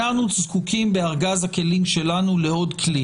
אנחנו זקוקים בארגז הכלים שלנו לעוד כלי